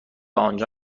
آنجا